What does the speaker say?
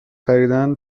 خریدن